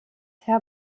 herr